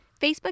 Facebook